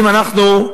אם אנחנו,